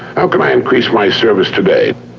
how can i increase my service today,